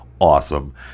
awesome